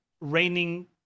raining